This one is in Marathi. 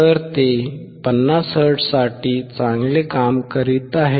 तर ते 50 हर्ट्झसाठी चांगले काम करत आहे